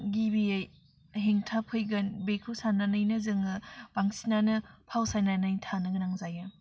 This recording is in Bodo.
गिबियै हेंथा फैगोन बेखौ सान्नानैनो जोङो बांसिनानो फावसायनानै थानो गोनां जायो